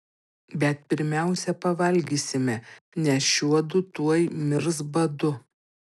bet pirmiausia pavalgysime nes šiuodu tuoj mirs badu